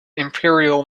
imperial